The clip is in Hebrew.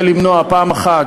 למנוע דבר ראשון,